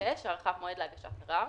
הארכת מועד להגשת ערר